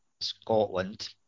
Scotland